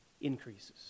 increases